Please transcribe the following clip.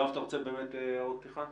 יואב, אתה רוצה הערות פתיחה?